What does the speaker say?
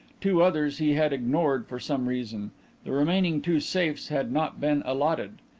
two others he had ignored for some reason the remaining two safes had not been allotted.